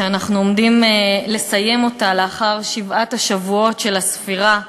שאנחנו עומדים לסיים אותה לאחר שבעת השבועות של הספירה.